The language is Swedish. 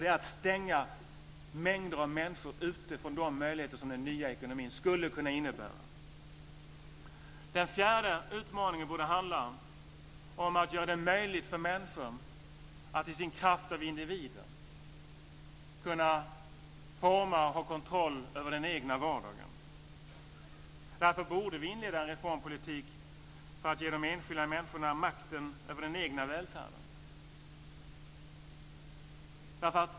Det är att stänga mängder av människor ute från de möjligheter som den nya ekonomin skulle kunna innebära. Den fjärde utmaningen borde handla om att göra det möjligt för människor att i sin kraft av individer forma och ha kontroll över den egna vardagen. Därför borde vi inleda en reformpolitik för att ge de enskilda människorna makten över den egna välfärden.